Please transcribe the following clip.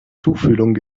tuchfühlung